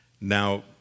Now